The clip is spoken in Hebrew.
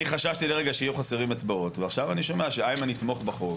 אני חששתי לרגע שיהיו חסרים אצבעות ועכשיו אני שומע שאיימן יתמוך בחוק.